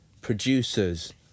producers